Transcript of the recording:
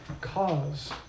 cause